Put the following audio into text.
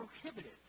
prohibited